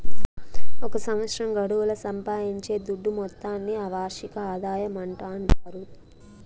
ఒక సంవత్సరం గడువుల సంపాయించే దుడ్డు మొత్తాన్ని ఆ వార్షిక ఆదాయమంటాండారు